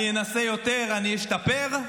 אני אנסה יותר, אני אשתפר?